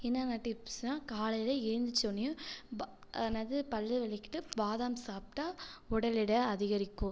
என்னென்ன டிப்ஸ்னா காலையில் எழுந்திரிச்சோன்னேயும் பா என்னது பல்லு விளக்கிட்டு பாதாம் சாப்பிட்டா உடல் எடை அதிகரிக்கும்